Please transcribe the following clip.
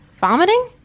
Vomiting